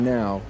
now